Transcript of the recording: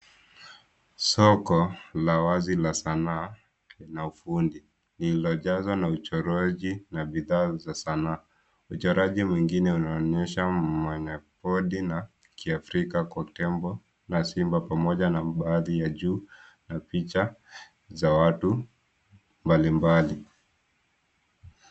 Soko la wazi la sanaa na ufundi lililojazwa na uchoraji na bidhaa za sanaa. Mchoraji mwengine anaonyesha mwanakodi na kiafrika kwa tembo na simba pamoja na baadhi ya juu za picha za watu mbali mbali.